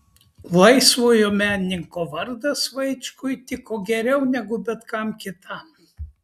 laisvojo menininko vardas vaičkui tiko geriau negu bet kam kitam